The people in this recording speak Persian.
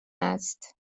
است